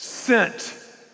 sent